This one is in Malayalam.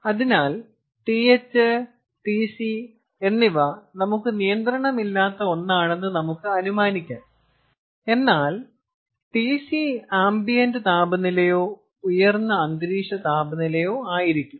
അതിനാൽ TH TC എന്നിവ നമുക്ക് നിയന്ത്രണമില്ലാത്ത ഒന്നാണെന്ന് നമുക്ക് അനുമാനിക്കാം എന്നാൽ Tc ആംബിയന്റ് താപനിലയോ ഉയർന്ന അന്തരീക്ഷ താപനിലയോ ആയിരിക്കും